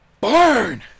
Burn